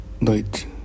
night